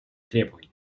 требования